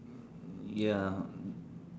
ya